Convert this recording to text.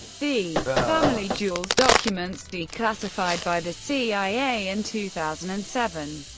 the family jewels documents, declassified by the cia in two thousand and seven,